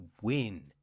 win